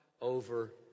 over